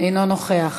אינו נוכח,